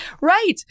Right